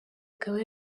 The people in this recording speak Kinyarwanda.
akaba